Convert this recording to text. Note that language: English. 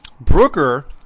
Brooker